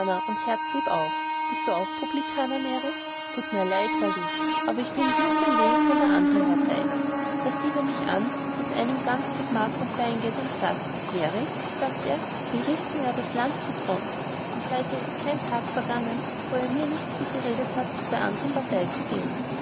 und herzlieb auch bist du auch publikaner mary thut mir leid sag ich aber ich bin just ein wenig von der andern partei da sieht er mich an daß es einem ganz durch mark und bein geht und sagt mary sagt er die rißten ja das land zu grund und seither ist kein tag vergangen wo er mir nicht zugeredet hat zur andern partei zu gehen